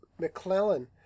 McClellan